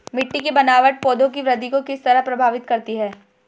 मिटटी की बनावट पौधों की वृद्धि को किस तरह प्रभावित करती है?